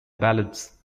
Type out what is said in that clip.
ballads